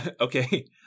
Okay